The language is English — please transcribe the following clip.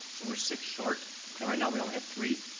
so we're six short, and right now we only have three.